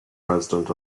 president